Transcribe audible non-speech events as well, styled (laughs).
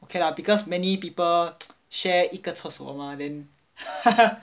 okay lah because many people share 一个厕所 mah then (laughs)